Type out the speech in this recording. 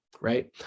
right